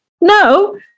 No